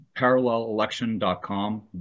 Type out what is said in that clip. ParallelElection.com